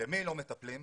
במי לא מטפלים?